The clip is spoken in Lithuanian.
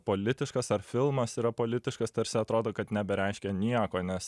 politiškas ar filmas yra politiškas tarsi atrodo kad nebereiškia nieko nes